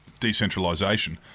decentralisation